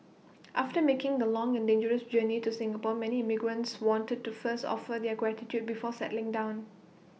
after making the long and dangerous journey to Singapore many immigrants wanted to first offer their gratitude before settling down